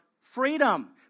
freedom